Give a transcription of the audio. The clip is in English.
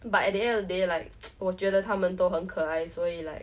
but at the end of the day like 我觉得他们都很可爱所以 like